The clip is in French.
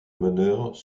meneurs